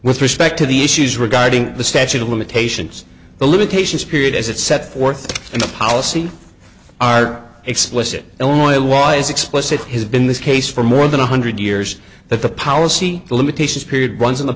with respect to the issues regarding the statute of limitations the limitations period as it set forth in the policy are explicit illinois law is explicit has been this case for more than one hundred years that the power see the limitations period runs on the